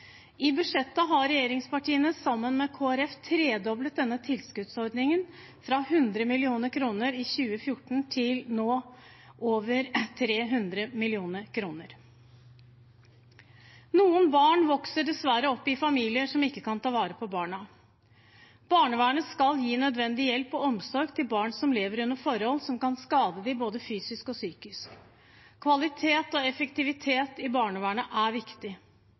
I budsjettet har regjeringspartiene sammen med Kristelig Folkeparti tredoblet denne tilskuddsordningen – fra 100 mill. kr i 2014 til nå over 300 mill. kr. Noen barn vokser dessverre opp i familier som ikke kan ta vare på dem. Barnevernet skal gi nødvendig hjelp og omsorg til barn som lever under forhold som kan skade dem både fysisk og psykisk. Kvalitet og effektivitet i barnevernet er viktig.